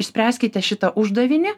išspręskite šitą uždavinį